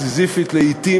הסיזיפית לעתים,